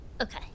Okay